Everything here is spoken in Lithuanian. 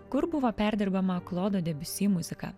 kur buvo perdirbama klodo debiusi muzika